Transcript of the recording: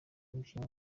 umukinnyi